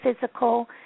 physical